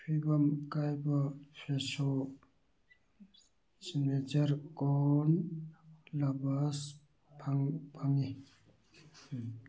ꯐꯤꯚꯝ ꯀꯥꯏꯕ fresco signature ꯀꯣꯔꯟ ꯂꯕꯥꯁ ꯐꯪꯉꯤ